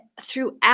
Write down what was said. throughout